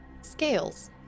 scales